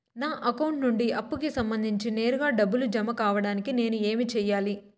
నా అకౌంట్ నుండి అప్పుకి సంబంధించి నేరుగా డబ్బులు జామ కావడానికి నేను ఏమి సెయ్యాలి?